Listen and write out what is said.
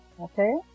Okay